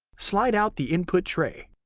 slide out the input tray.